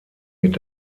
mit